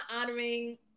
honoring